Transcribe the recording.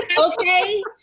Okay